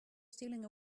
stealing